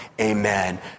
Amen